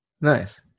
Nice